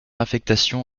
affectation